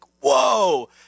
Whoa